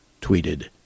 tweeted